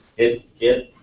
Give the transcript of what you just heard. it, it,